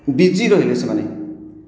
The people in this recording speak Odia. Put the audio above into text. ବିଜି ରହିଲେ ସେମାନେ